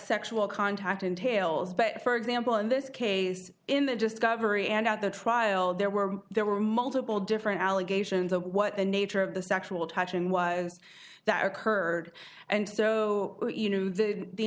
sexual contact entails but for example in this case in the just covering and out the trial there were there were multiple different allegations of what the nature of the sexual touching was that occurred and so you knew th